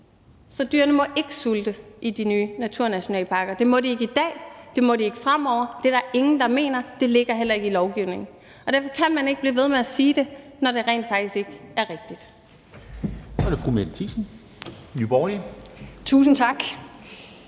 Så dyrene må ikke sulte i de nye naturnationalparker – det må de ikke i dag, det må de ikke fremover. Det er der ingen der mener, og det ligger heller ikke i lovgivningen. Derfor kan man ikke blive ved med at sige det, når det rent faktisk ikke er rigtigt.